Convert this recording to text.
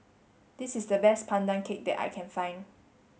this is the best Pandan Cake that I can find